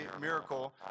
miracle